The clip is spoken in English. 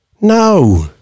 No